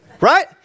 Right